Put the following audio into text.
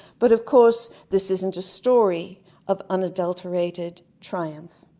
but of course, this isn't a story of unadulterated triumph.